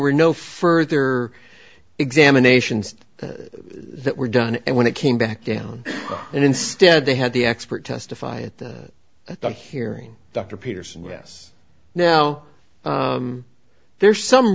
were no further examinations that were done and when it came back down and instead they had the expert testify at the hearing dr peterson with us now there's some